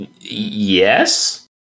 Yes